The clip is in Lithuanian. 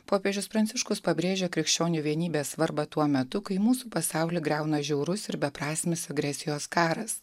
popiežius pranciškus pabrėžė krikščionių vienybės svarbą tuo metu kai mūsų pasaulį griauna žiaurus ir beprasmis agresijos karas